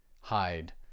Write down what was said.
hide